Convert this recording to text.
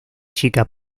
chica